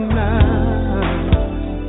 now